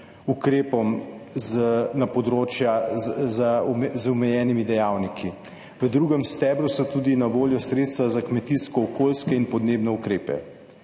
ukrepom na področjih z omejenimi dejavniki. V drugem stebru so tudi na voljo sredstva za kmetijsko-okoljske in podnebne ukrepe.